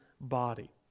body